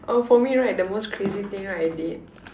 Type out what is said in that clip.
oh for me right the most crazy thing right I did